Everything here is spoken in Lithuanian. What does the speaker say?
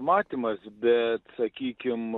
matymas bet sakykim